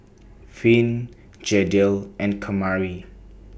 Finn Jadiel and Kamari